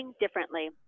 differently